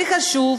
והכי חשוב,